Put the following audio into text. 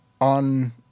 on